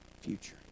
future